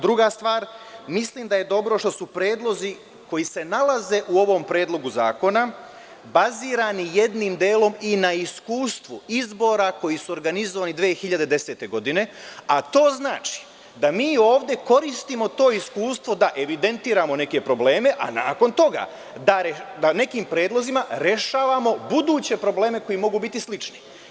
Druga stvar, mislim da je dobro što su predlozi koji se nalaze u ovom predlogu zakona bazirani jednim delom i na iskustvu izbora koji su organizovani 2010. godine, a to znači da mi ovde koristimo to iskustvo da evidentiramo neke probleme, a nakon toga da nekim predlozima rešavamo buduće probleme koji mogu biti slični.